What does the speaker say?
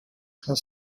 has